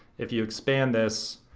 if you expand this,